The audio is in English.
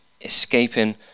escaping